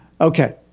Okay